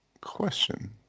question